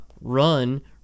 run